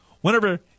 whenever